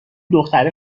دختره